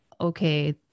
okay